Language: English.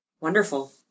Wonderful